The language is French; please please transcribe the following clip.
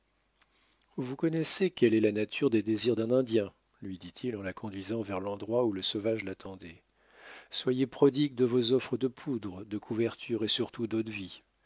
vous connaissez quelle est la nature des désirs d'un indien lui dit-il en la conduisant vers l'endroit où le sauvage l'attendait soyez prodigue de vos offres de poudre de couverture et surtout d'eau-de-vie